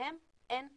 להם אין כלום.